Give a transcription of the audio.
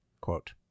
Quote